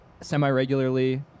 semi-regularly